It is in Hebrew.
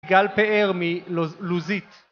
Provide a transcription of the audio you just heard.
גל פאר, מלוזית